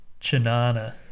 Chinana